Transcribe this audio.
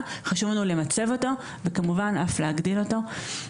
וחשוב לנו למצב אותו וכמובן אפילו להגדיל אותו.